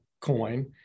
coin